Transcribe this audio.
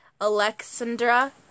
Alexandra